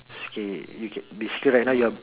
K you can basically right now you're